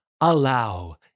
allow